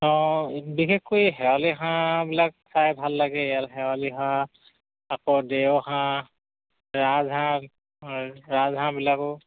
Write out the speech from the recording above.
অঁ বিশেষকৈ শেৱালি হাঁহবিলাক চাই ভাল লাগে ইয় শেৱালি হাঁহ আকৌ দেওহাঁহ ৰাজহাঁহ ৰাজহাঁহবিলাকো